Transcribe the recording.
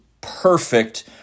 perfect